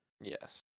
Yes